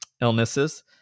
illnesses